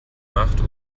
macht